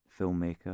filmmaker